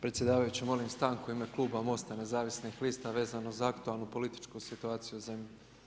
Predsjedavajući molim stanku u ime kluba MOST-a nezavisnih lista vezano za aktualnu političku situaciju u zemlji.